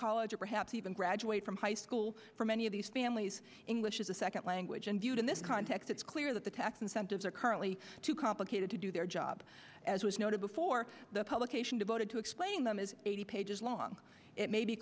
college or perhaps even graduate from high school for many of these families english is a second language and viewed in this context it's clear that the tax incentives are currently too complicated to do their job as was noted before the publication devoted to explaining them is eighty pages long it may be